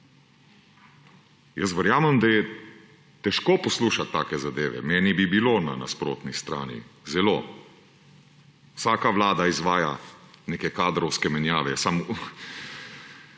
Jaz verjamem, da je težko poslušati take zadeve, meni bi bilo na nasprotni strani zelo. Vsaka vlada izvaja neke kadrovske menjave,